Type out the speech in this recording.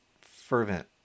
fervent